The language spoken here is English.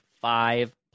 five